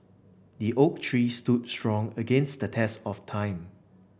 the oak tree stood strong against the test of time